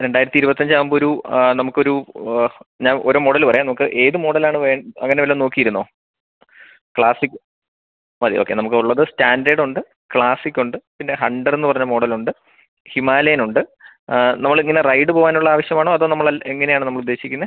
രണ്ടായിരത്തി ഇരുപത്തിയഞ്ച് ആകുമ്പോൾ ഒരു ആ നമുക്കൊരു ആഹ് ഞാ ഒരു മോഡൽ പറയാം നമുക്ക് ഏത് മോഡലാണ് അങ്ങനെ വല്ലതും നോക്കിയിരുന്നോ ക്ലാസ്സിക് മതി ഓക്കെ നമുക്കുള്ളത് സ്റ്റാൻഡേഡുണ്ട് ക്ലാസ്സിക്കുണ്ട് പിന്നെ ഹണ്ടർ എന്ന് പറഞ്ഞ മോഡലുണ്ട് ഹിമാലയനുണ്ട് ആ നമ്മൾ ഇങ്ങനെ റൈഡ് പോവാനുള്ള ആവശ്യമാണോ അതോ നമ്മൾ അല്ലേൽ എങ്ങനെയാണ് നമ്മൾ ഉദ്ദേശിക്കുന്നത് ത്